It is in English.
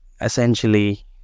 essentially